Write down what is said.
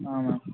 ma'am